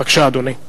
בבקשה, אדוני.